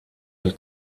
del